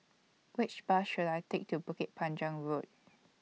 Which Bus should I Take to Bukit Panjang Road